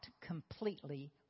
completely